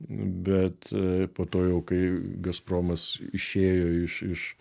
bet po to jau kai gazpromas išėjo iš iš